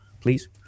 please